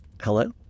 Hello